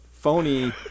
phony